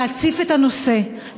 להציף את הנושא,